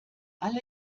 alle